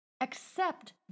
Accept